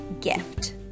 gift